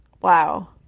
Wow